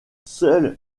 seule